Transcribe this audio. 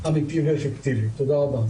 תודה רבה.